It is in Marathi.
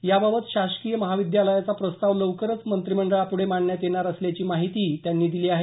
याबाबत शासकीय महाविद्यालयाचा प्रस्ताव लवकरच मंत्रिमंडळापुढे मांडण्यात येणार असल्याची माहितीही त्यांनी दिली आहे